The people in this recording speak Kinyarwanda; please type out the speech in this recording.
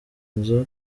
inzu